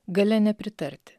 galia nepritarti